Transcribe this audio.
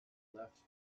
left